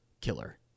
killer